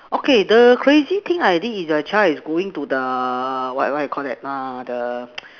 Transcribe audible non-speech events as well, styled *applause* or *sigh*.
okay the crazy thing I did is a child is going to the what what you call that uh the *noise*